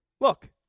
look